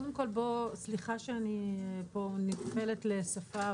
סליחה שאני פה נטפלת לשפה,